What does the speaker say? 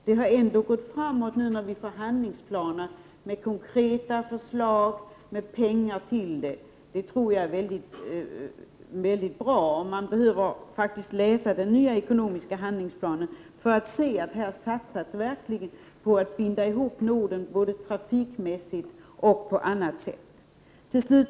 Det har ändå gått framåt nu, när vi får handlingsplaner med konkreta förslag och pengar till dem. Det tror jag är mycket bra. Man behöver faktiskt läsa den nya ekonomiska handlingsplanen för att se att det verkligen satsas på att binda ihop Norden både trafikmässigt och på annat sätt. Herr talman!